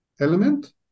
element